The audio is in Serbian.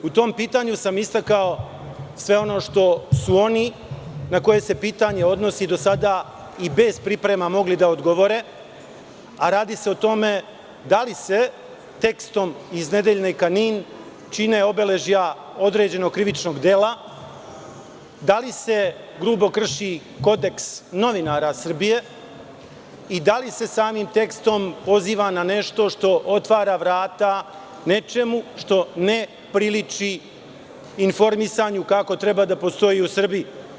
U tom pitanju sam istakao sve ono što su oni na koje se topitanje do sada i bez priprema, mogli da odgovore, a radi se o tome da li se tekstom iz nedeljnika "NIN" čine obeležja određenog krivičnog dela, da li se grubo krši kodeks novinara Srbije i da li se samim tekstom poziva na nešto što otvara vrata nečemu, što ne priliči informisanju kako treba da postoji u Srbiji.